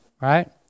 Right